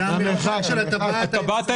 בדיונים, צמודי טבעת.